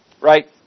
Right